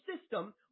system